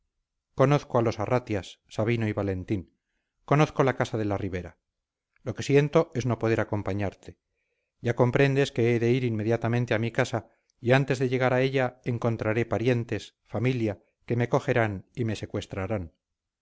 conozco a los arratias sabino y valentín conozco la casa de la ribera lo que siento es no poder acompañarte ya comprendes que he de ir inmediatamente a mi casa y antes de llegar a ella encontraré parientes familia que me cogerán y me secuestrarán